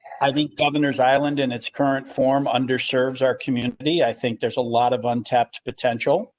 i think governor's island in its current form under serves our community. i think there's a lot of untapped potential.